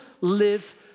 live